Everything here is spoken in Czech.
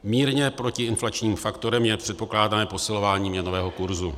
Mírně protiinflačním faktorem je předpokládané posilování měnového kurzu.